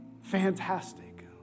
fantastic